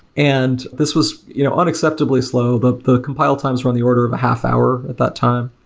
and this was you know unacceptably slow, but the compile times were in the order of a half hour at that time.